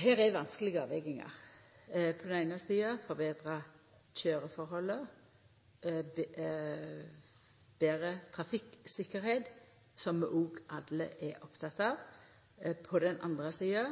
Her er det vanskelege avvegingar – på den eine sida ei forbetring av køyreforholda og ei betring av trafikktryggleiken, som vi alle er opptekne av, og på den andre sida